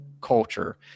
culture